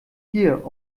hier